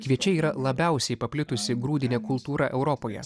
kviečiai yra labiausiai paplitusi grūdinė kultūra europoje